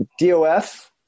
DOF